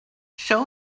show